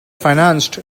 financed